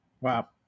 wow